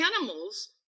animals